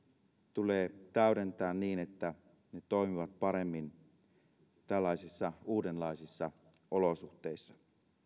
tulee täydentää niin että ne toimivat paremmin tällaisissa uudenlaisissa olosuhteissa